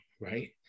right